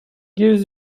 gives